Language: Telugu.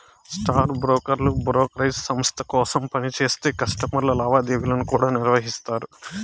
స్టాక్ బ్రోకర్లు బ్రోకేరేజ్ సంస్త కోసరం పనిచేస్తా కస్టమర్ల లావాదేవీలను కూడా నిర్వహిస్తారు